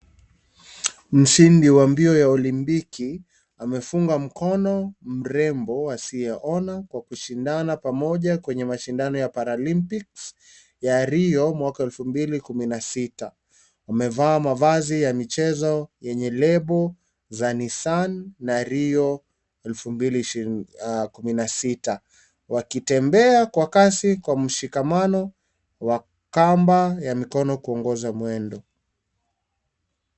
Mshindi wa mbio ya Olympiki amefunga mkono mrembo asiyeona kwa kushindana pamoja kwenye mashindano ya Paralympics ya Rio mwaka elfu mbili na sita, wamevaa mavazi ya michezo yenye lebo za nissan na ya Rio elfu mbili ishirini na sita wakitembea kwa kazi kwa mshikamano wa kamba ya mikono kuongoza mwendo.